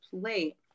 plate